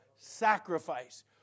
sacrifice